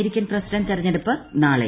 American president തെരഞ്ഞെടുപ്പ് നാളെ